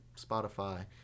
spotify